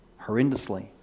horrendously